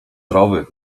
zdrowy